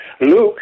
Luke